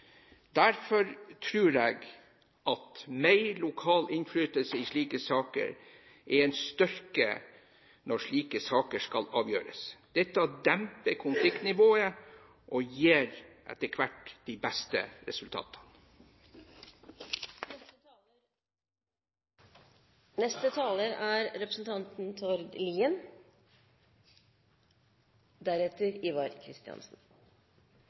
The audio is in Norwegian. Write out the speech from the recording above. Derfor tror jeg at mer lokal innflytelse er en styrke når slike saker skal avgjøres. Dette demper konfliktnivået, og gir etter hvert de beste resultater. Mange sier at Finnmark kan bli det nye Rogaland. Den mest kjente ressursen i Finnmark er